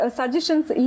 suggestions